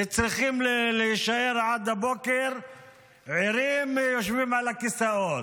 שצריכים להישאר עד הבוקר ערים, יושבים על הכיסאות.